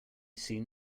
seen